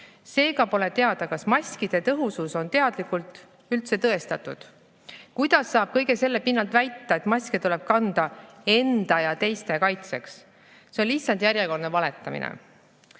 Seega pole teada, kas maskide tõhusus on teaduslikult üldse tõestatud. Kuidas saab kõige selle pinnalt väita, et maske tuleb kanda enda ja teiste kaitseks? See on lihtsalt järjekordne valetamine. Meie